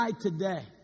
today